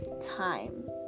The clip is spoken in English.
time